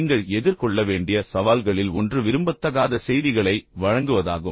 நீங்கள் எதிர்கொள்ள வேண்டிய சவால்களில் ஒன்று விரும்பத்தகாத செய்திகளை வழங்குவதாகும்